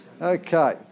Okay